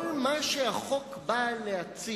כל מה שהחוק בא להציע